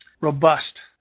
robust